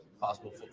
possible